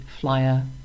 flyer